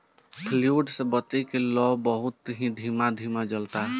fluid से बत्ती के लौं बहुत ही धीमे धीमे जलता